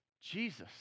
Jesus